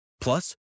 plus